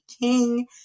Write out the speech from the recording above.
King